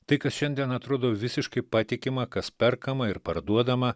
tai kas šiandien atrodo visiškai patikima kas perkama ir parduodama